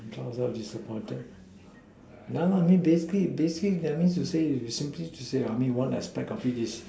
the child child look so disappointed yeah I mean basically basically I mean to say simply to say I mean one aspect is